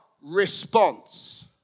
response